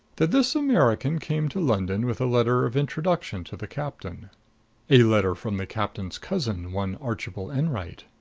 that this american came to london with a letter of introduction to the captain a letter from the captain's cousin, one archibald enwright?